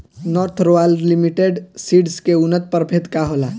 North royal limited seeds के उन्नत प्रभेद का होला?